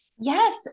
Yes